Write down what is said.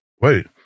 Wait